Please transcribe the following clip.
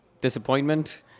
disappointment